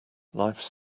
lifes